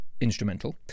instrumental